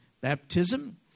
baptism